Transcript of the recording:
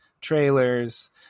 trailers